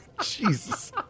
Jesus